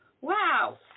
Wow